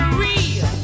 real